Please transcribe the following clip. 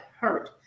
hurt